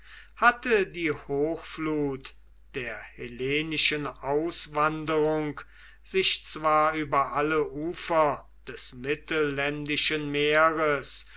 hatte die hochflut der hellenischen auswanderung sich zwar über alle ufer des mittelländischen meeres